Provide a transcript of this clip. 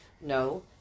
No